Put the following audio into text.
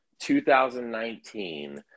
2019